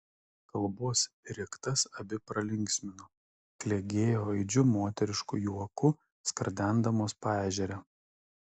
kalbos riktas abi pralinksmino klegėjo aidžiu moterišku juoku skardendamos paežerę